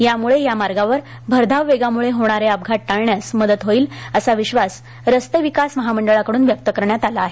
यामुळे या मार्गावर भरधाव वेगामुळे होणारे अपघात टाळण्यास मदत होईल असा विश्वास रस्ते विकास महामंडळाकडून व्यक्त करण्यात आला आहे